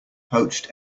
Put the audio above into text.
poached